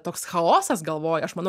toks chaosas galvoj aš manau